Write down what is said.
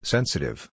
Sensitive